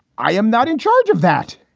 i am not in charge of that.